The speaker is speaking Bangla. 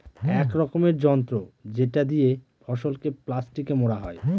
এক রকমের যন্ত্র যেটা দিয়ে ফসলকে প্লাস্টিকে মোড়া হয়